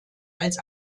als